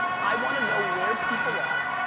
i wanna know where people are,